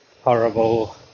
horrible